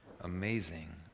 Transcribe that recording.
amazing